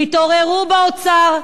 תתעוררו באוצר,